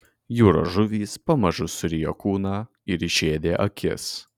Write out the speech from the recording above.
jūros žuvys pamažu surijo kūną ir išėdė akis